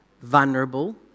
vulnerable